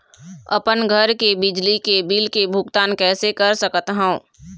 अपन घर के बिजली के बिल के भुगतान कैसे कर सकत हव?